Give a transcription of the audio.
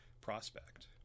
prospect